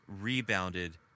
rebounded